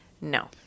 No